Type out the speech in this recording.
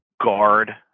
guard